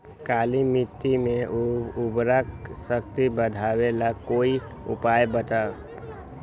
काली मिट्टी में उर्वरक शक्ति बढ़ावे ला कोई उपाय बताउ?